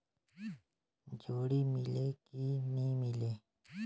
जोणी मीले कि नी मिले?